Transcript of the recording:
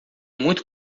muito